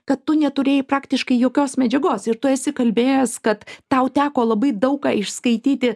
kad tu neturėjai praktiškai jokios medžiagos ir tu esi kalbėjęs kad tau teko labai daug ką išskaityti